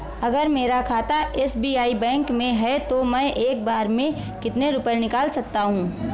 अगर मेरा खाता एस.बी.आई बैंक में है तो मैं एक बार में कितने रुपए निकाल सकता हूँ?